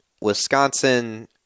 Wisconsin